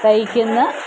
തയ്ക്കുന്ന